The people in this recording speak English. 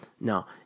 No